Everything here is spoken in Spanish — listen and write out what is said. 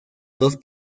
dos